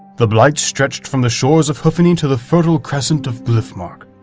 the blight stretched from the shores of hoofany to the fertile crescent of glyphmark.